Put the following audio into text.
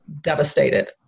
devastated